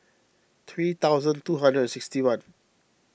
three thousand two hundred and sixty one